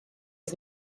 his